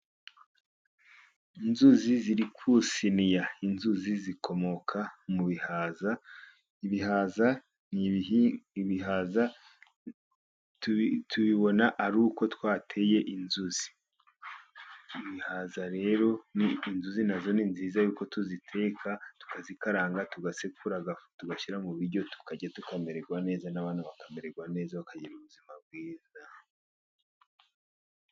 Inzuzi ziri ku isiniya, inzuzi zikomoka mu bihaza, ibihaza tubibona ari uko twateye inzuzi, inzuzi nazo ni nziza ariko tuziteka tukazikaranga, tugasekura,v tugashyira mu biryo tukarya tukamererwa neza n'abantu bakamererwa neza bakagira ubuzima bwiza.